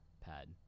pad